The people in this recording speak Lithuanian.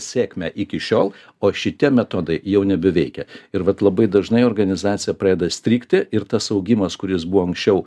sėkmę iki šiol o šitie metodai jau nebeveikia ir vat labai dažnai organizacija pradeda strigti ir tas augimas kuris buvo anksčiau